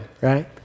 right